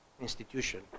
institution